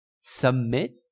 Submit